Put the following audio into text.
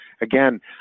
Again